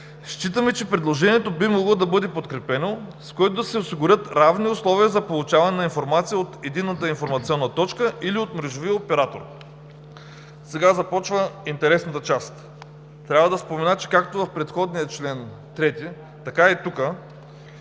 „Считаме, че предложението би могло да бъде подкрепено, с което да се осигурят равни условия за получаване на информация от Единната информационна точка или от мрежовия оператор.“. Сега започва интересната част. Трябва да спомена, че както в предходния чл. 3, така и тук